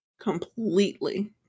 completely